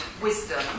wisdom